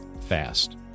fast